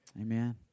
Amen